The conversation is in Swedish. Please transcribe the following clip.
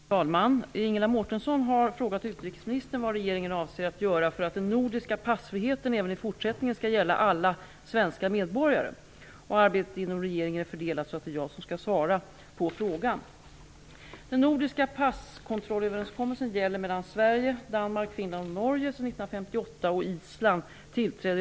Fru talman! Ingela Mårtensson har frågat utrikesministern vad regeringen avser göra för att den nordiska passfriheten även i fortsättningen skall gälla alla svenska medborgare. Arbetet inom regeringen är så fördelat att det är jag som skall svara på frågan.